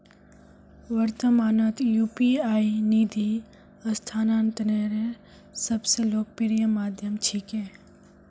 वर्त्तमानत यू.पी.आई निधि स्थानांतनेर सब स लोकप्रिय माध्यम छिके